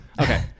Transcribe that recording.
Okay